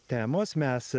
temos mes